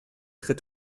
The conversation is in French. très